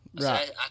Right